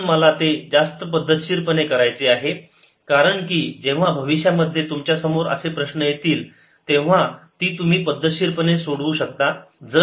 पण मला ते जास्त पद्धतशीरपणे करायचे आहे कारण की जेव्हा भविष्यामध्ये तुमच्या समोर असे प्रश्न येतील तेव्हा ती तुम्ही पद्धतशीरपणे सोडू शकतात